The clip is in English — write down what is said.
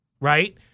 right